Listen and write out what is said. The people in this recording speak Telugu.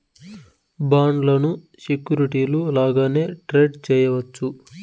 బాండ్లను సెక్యూరిటీలు లాగానే ట్రేడ్ చేయవచ్చు